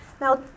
Now